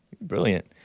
Brilliant